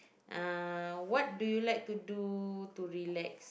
uh what do you like to do to relax